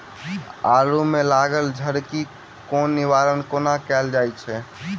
आलु मे लागल झरकी केँ निवारण कोना कैल जाय छै?